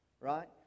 right